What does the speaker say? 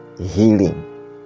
healing